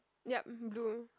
yup blue